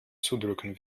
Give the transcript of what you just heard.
zudrücken